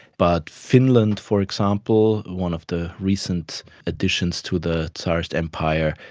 but finland for example, one of the recent additions to the tsarist empire,